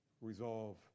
resolve